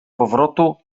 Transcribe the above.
powrotu